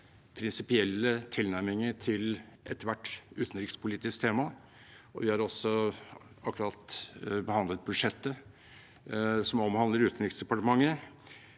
prinsipielle tilnærminger til ethvert utenrikspolitisk tema. Vi har også akkurat behandlet budsjettet som omhandler Utenriksdepartementet.